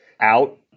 out